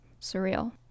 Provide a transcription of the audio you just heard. surreal